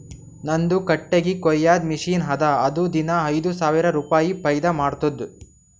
ನಂದು ಕಟ್ಟಗಿ ಕೊಯ್ಯದ್ ಮಷಿನ್ ಅದಾ ಅದು ದಿನಾ ಐಯ್ದ ಸಾವಿರ ರುಪಾಯಿ ಫೈದಾ ಮಾಡ್ತುದ್